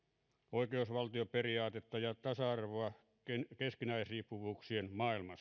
oikeusvaltioperiaatetta ja tasa arvoa keskinäisriippuvuuksien maailmassa